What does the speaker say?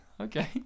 Okay